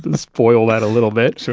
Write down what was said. and spoil that a little bit, so